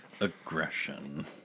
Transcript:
aggression